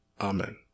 Amen